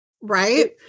right